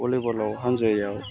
भलिबलाव हान्जायाव